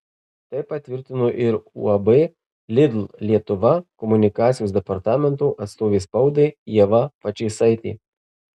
tai patvirtino ir uab lidl lietuva komunikacijos departamento atstovė spaudai ieva pačėsaitė